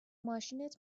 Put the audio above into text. ماشینت